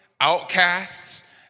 outcasts